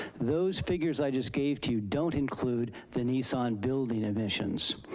those figures i just gave to you don't include the nissan building emissions.